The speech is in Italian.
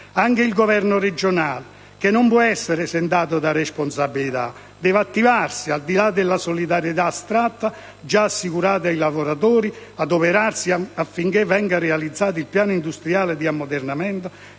Anche la Giunta regionale, che non può essere esentata da responsabilità, deve attivarsi e, al di là delle solidarietà astratte già assicurate ai lavoratori della Irisbus, adoperarsi affinché venga realizzato il piano industriale di ammodernamento